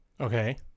Okay